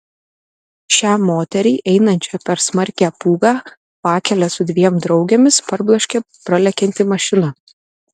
šią moterį einančią per smarkią pūgą pakele su dviem draugėmis parbloškė pralekianti mašina